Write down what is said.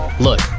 look